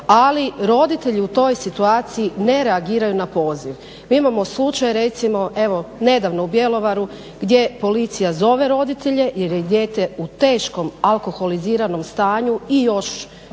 ali roditelji u toj situaciji ne reagiraju na poziv. Mi imamo slučaj recimo evo nedavno u Bjelovaru gdje policija zove roditelje jer je dijete u tekom alkoholiziranom stanju i još